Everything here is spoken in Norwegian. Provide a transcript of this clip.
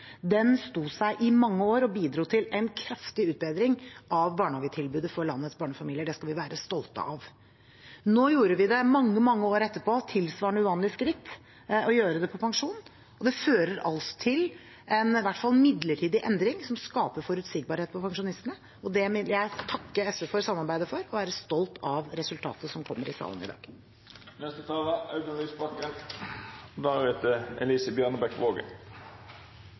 Den sto seg i mange år og bidro til en kraftig utbedring av barnehagetilbudet for landets barnefamilier. Det skal vi være stolte av. Nå gjorde vi mange, mange år etterpå det tilsvarende uvanlige skritt å gjøre det på pensjonen. Det fører altså til en i hvert fall midlertidig endring som skaper forutsigbarhet for pensjonistene, og det vil jeg takke SV for samarbeidet for og er stolt av resultatet som kommer i salen i dag.